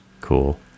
Cool